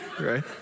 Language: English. right